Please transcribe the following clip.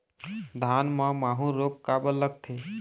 धान म माहू रोग काबर लगथे?